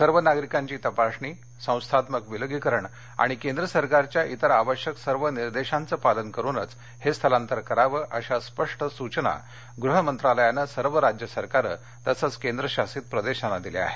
सर्व नागरिकांची तपासणी संस्थात्मक विलगीकरण आणि केंद्र सरकारच्या इतर आवश्यक सर्व निर्देशांचं पालन करूनच हे स्थलांतर करावं अशा स्पष्ट सूचना गृह मंत्रालयानं सर्व राज्य सरकार तसंच केंद्रशासित प्रदेशांना दिल्या आहेत